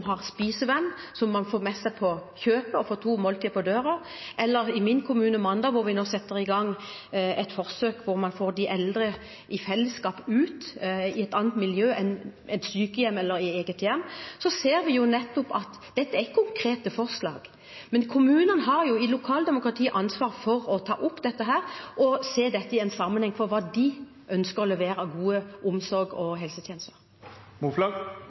vi nå i gang et forsøk hvor man får de eldre i fellesskap ut i et annet miljø enn et sykehjem eller eget hjem. Vi ser jo at dette er konkrete forslag, men kommunene har i lokaldemokratiet ansvar for å ta opp dette og se det i en sammenheng for å se hva de ønsker å levere av gode omsorgs- og